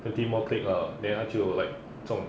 thirty more klick lah then 他就 like 中